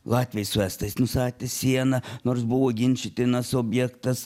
latviai su estais nustatė sieną nors buvo ginčytinas objektas